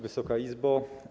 Wysoka Izbo!